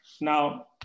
Now